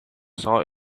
saw